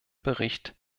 bericht